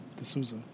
D'Souza